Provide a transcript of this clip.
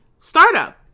startup